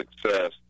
success